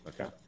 okay